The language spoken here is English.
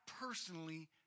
personally